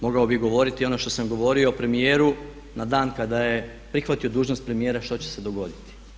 Mogao bih govoriti ono što sam govorio o premijeru na dan kada je prihvatio dužnost premijera što će se dogoditi.